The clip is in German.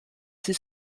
sie